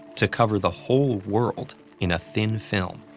to cover the whole world in a thin film.